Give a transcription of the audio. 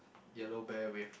yellow bear with